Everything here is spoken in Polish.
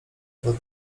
według